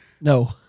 No